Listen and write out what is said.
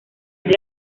debe